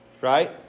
Right